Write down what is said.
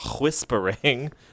whispering